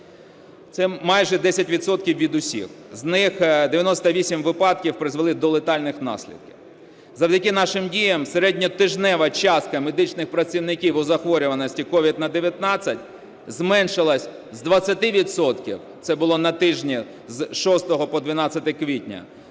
відсотків від усіх. З них – 98 випадків призвели до летальних наслідків. Завдяки нашим діям середньотижнева частка медичних працівників по захворюваності COVID-19 зменшилась з 20 відсотків, це було на тижні з 6 по 12 квітня,